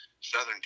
southern